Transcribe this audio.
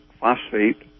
phosphate